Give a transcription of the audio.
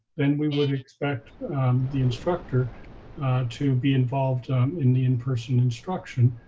then we would expect the instructor to be involved in the in-person instruction.